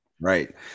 Right